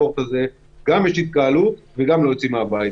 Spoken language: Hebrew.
יש התקהלות וגם יוצאים מהבית.